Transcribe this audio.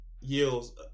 yields